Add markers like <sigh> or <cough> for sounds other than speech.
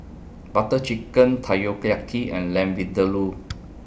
Butter Chicken <unintelligible> and Lamb Vindaloo